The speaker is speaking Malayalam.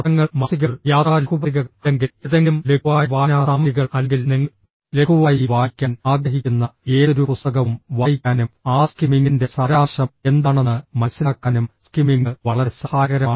പത്രങ്ങൾ മാസികകൾ യാത്രാ ലഘുപത്രികകൾ അല്ലെങ്കിൽ ഏതെങ്കിലും ലഘുവായ വായനാ സാമഗ്രികൾ അല്ലെങ്കിൽ നിങ്ങൾ ലഘുവായി വായിക്കാൻ ആഗ്രഹിക്കുന്ന ഏതൊരു പുസ്തകവും വായിക്കാനും ആ സ്കിമ്മിംഗിന്റെ സാരാംശം എന്താണെന്ന് മനസിലാക്കാനും സ്കിമ്മിംഗ് വളരെ സഹായകരമാണ്